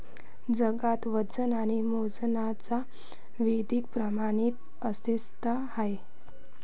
जगात वजन आणि मोजमापांच्या विविध प्रणाली अस्तित्त्वात आहेत